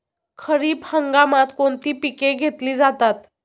खरीप हंगामात कोणती पिके घेतली जातात?